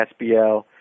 SBL